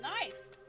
Nice